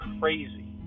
Crazy